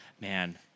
Man